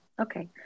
Okay